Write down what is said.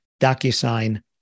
DocuSign